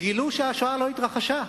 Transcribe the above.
גילו שהשואה לא התרחשה.